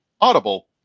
Audible